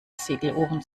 segelohren